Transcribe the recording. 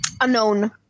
unknown